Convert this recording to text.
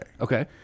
Okay